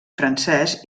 francès